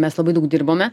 mes labai daug dirbome